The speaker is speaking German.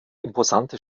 imposante